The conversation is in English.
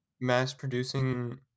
mass-producing